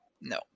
No